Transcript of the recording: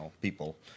people